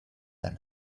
than